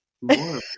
more